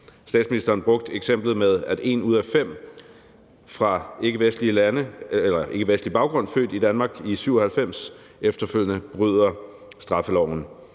Statsministeren brugte eksemplet med, at en ud af fem med ikkevestlig baggrund født i Danmark i 1997 bryder straffeloven.